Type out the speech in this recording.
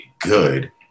good